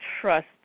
trust